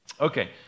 Okay